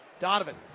Donovan